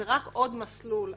זה רק עוד מסלול.